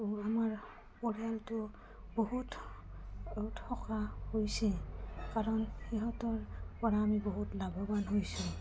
আমাৰ পৰিয়ালটো বহুত সকাহ হৈছে কাৰণ সিহঁতৰপৰা আমি বহুত লাভৱান হৈছোঁ